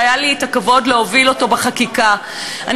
שהיה לי הכבוד להוביל את החקיקה שלו.